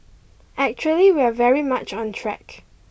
actually we are very much on track